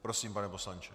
Prosím, pane poslanče.